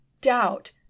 doubt